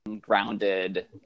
grounded